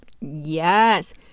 Yes